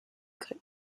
clip